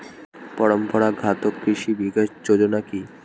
পরম্পরা ঘাত কৃষি বিকাশ যোজনা কি?